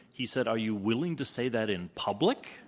he said, are you willing to say that in public?